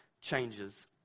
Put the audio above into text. changes